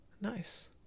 Nice